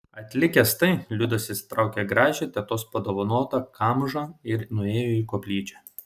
atlikęs tai liudas išsitraukė gražią tetos padovanotą kamžą ir nuėjo į koplyčią